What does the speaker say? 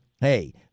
hey